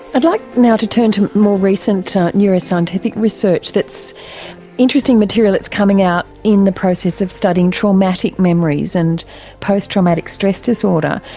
i'd like now to turn to more recent neuroscientific research that's interesting material that's coming out in the process of studying traumatic memories and post-traumatic stress disorder.